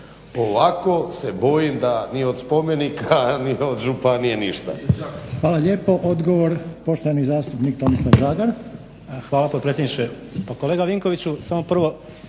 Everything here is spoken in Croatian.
ovako se bojim da ni od spomenika ni od županije ništa.